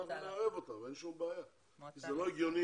אנחנו נערב אותם, אין שום בעיה, כי זה לא הגיוני,